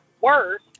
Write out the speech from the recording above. worse